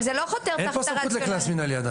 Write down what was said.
עדיין אין פה סמכות לקנס מינהלי.